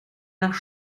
nach